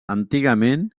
antigament